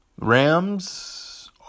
Rams